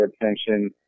attention